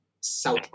South